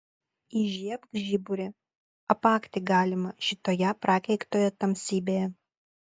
įžiebk žiburį apakti galima šitoje prakeiktoje tamsybėje